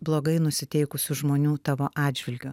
blogai nusiteikusių žmonių tavo atžvilgiu